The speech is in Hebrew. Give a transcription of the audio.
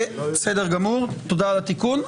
בסדר גמור, תודה על התיקון.